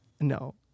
No